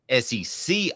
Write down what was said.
SEC